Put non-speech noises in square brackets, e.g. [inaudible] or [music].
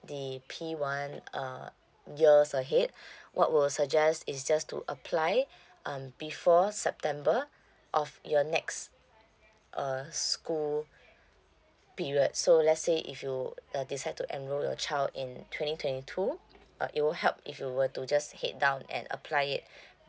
the P one uh years ahead [breath] what we'll suggest is just to apply [breath] um before september of your next uh school period so let's say if you uh decide to enroll your child in twenty twenty two uh it will help if you were to just head down and apply it [breath]